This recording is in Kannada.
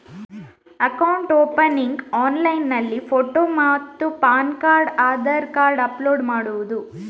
ಅಕೌಂಟ್ ಓಪನಿಂಗ್ ಆನ್ಲೈನ್ನಲ್ಲಿ ಫೋಟೋ ಮತ್ತು PAN card Aadhaar card upload ಮಾಡುವುದು?